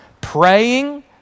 praying